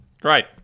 Great